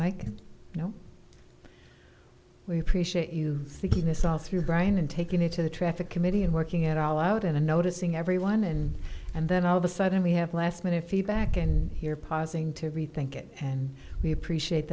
like now we appreciate you thinking this all through brian and taking it to the traffic committee and working at all out in the noticing everyone and and then all of a sudden we have last minute feedback and here pausing to rethink it and we appreciate